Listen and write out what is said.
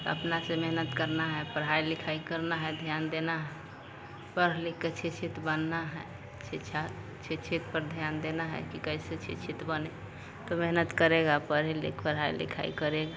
अपना से मेहनत करना है पढ़ाई लिखाई करना है ध्यान देना है पढ़ लिखकर शिक्षित बनना है शिक्षा शिक्षित पर ध्यान देना है कि कैसे शिक्षित बनें तो मेहनत करेगा पर लिख पढ़ाई लिखाई करेगा